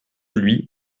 lui